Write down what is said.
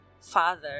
father